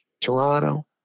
Toronto